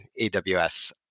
AWS